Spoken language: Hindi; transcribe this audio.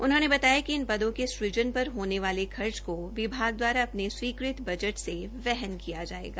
उन्होंने बताया कि इन पदों के सुजन पर होने वाले खर्च को विभाग द्वारा अपने स्वीकृत बजट से वहन किया जायेगा